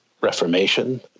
Reformation